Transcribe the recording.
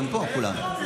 הם פה, כולם.